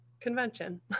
convention